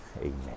Amen